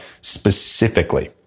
specifically